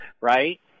right